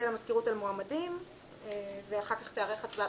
למזכירות על מועמדים ואחר כך תיערך הצבעה.